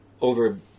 over